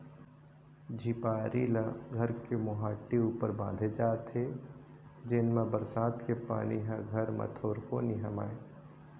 झिपारी ल घर के मोहाटी ऊपर बांधे जाथे जेन मा बरसात के पानी ह घर म थोरको नी हमाय